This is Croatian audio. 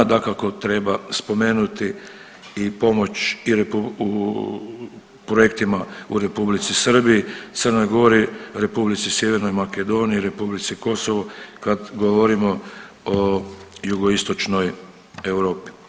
Dakako treba spomenuti i pomoć projektima u Republici Srbiji, Crnoj Gori, Republici Sjevernoj Makedoniji, Republici Kosovo kad govorimo o jugoistočnoj Europi.